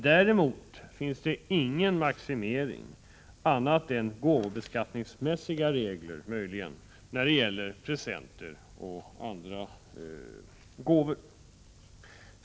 Däremot finns ingen maximering — annat än möjligen gåvobeskattningsmässiga regler — när det gäller presenter och andra gåvor.